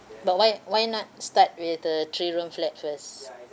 but why why not start with the three room flat first